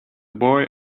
boy